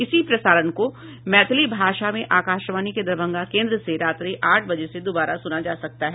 इसी प्रसारण को मैथिली भाषा में आकाशवाणी के दरभंगा केन्द्र से रात्रि आठ बजे से दोबारा सुना जा सकता है